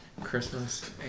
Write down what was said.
Christmas